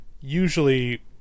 usually